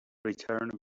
returned